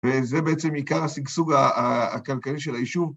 וזה בעצם עיקר השגשוג הכלכלי של היישוב.